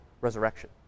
resurrection